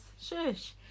shush